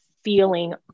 feeling